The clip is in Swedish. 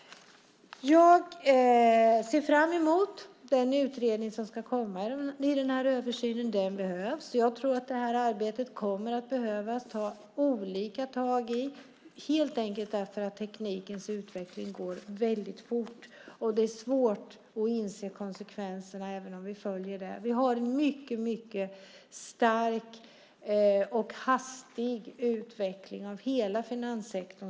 Jag ser fram emot den utredning som ska komma i översynen. Den behövs. Jag tror att det arbetet kommer att behöva ta olika tag helt enkelt därför att teknikens utveckling går väldigt fort. Det är svårt att inse konsekvenserna även om vi följer det. Vi har en mycket stark och hastig utveckling av hela finanssektorn.